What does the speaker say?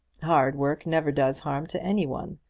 hard work never does harm to any one.